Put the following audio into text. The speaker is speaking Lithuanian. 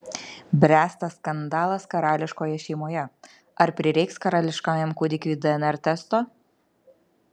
bręsta skandalas karališkoje šeimoje ar prireiks karališkajam kūdikiui dnr testo